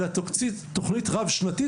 אלא תוציא תוכנית רב-שנתית,